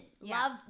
Love